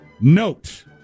Note